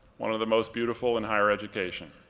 one of the most beautiful in higher education.